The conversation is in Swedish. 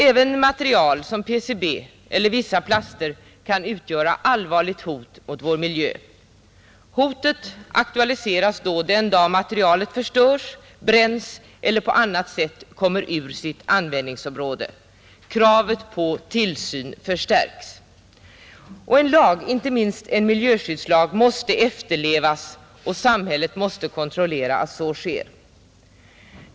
Även material som PCB eller vissa plaster kan utgöra allvarligt hot mot vår miljö. Hotet aktualiseras den dag materialet förstörs, bränns eller på annat sätt kommer ur sitt användningsområde, Kravet på tillsyn förstärks. Och en lag, inte minst en miljöskyddslag, måste efterlevas, och samhället måste kontrollera att så sker.